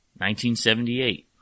1978